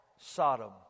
Sodom